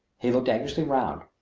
he looked anxiously round,